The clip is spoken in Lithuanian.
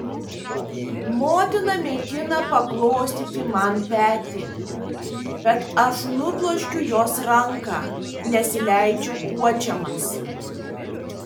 motina mėgina paglostyti man petį bet aš nubloškiu jos ranką nesileidžiu guodžiamas